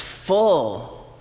Full